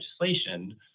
legislation